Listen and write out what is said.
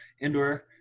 Indoor